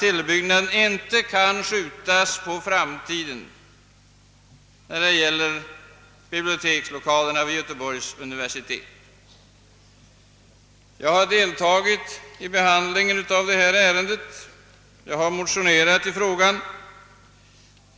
Biblioteket är så väsentligt, att frågan om tillbyggnaden av bibliotekslokalen vid Göteborgs universitet inte kan skjutas på framtiden. Jag har deltagit i behandlingen av detta ärende och har även motionerat i frågan.